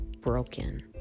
broken